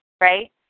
right